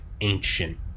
ancient